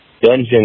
Dungeon